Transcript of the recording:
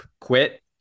quit